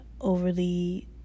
overly